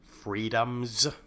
freedoms